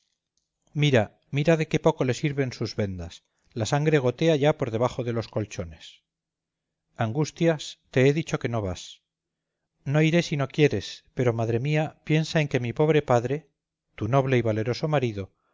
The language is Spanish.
mira mira de qué poco le sirven tus vendas la sangre gotea ya por debajo de los colchones angustias te he dicho que no vas no iré si no quieres pero madre mía piensa en que mi pobre padre tu noble y valeroso marido